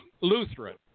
Lutheran